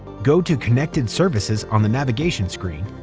go to connected services on the navigation screen,